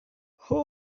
who